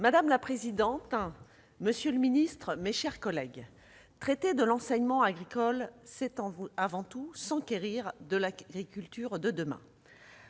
Madame la présidente, monsieur le ministre, mes chers collègues, traiter de l'enseignement agricole, c'est avant tout s'enquérir de l'agriculture de demain.